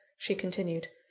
she continued,